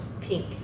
pink